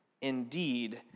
Indeed